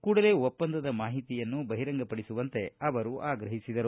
ಕೂಡಲೇ ಒಪ್ಪಂದದ ಮಾಹಿತಿಯನ್ನು ಬಹಿರಂಗ ಪಡಿಸುವಂತೆ ಅವರು ಆಗ್ರಹಿಸಿದರು